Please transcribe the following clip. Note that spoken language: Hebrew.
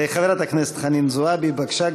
חברת הכנסת חנין זועבי, בבקשה,